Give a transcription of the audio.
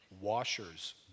Washers